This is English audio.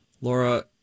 Laura